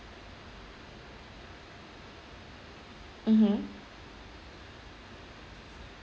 mmhmm